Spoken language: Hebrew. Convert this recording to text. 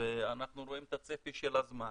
ואנחנו רואים את הצפי של הזמן,